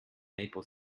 maple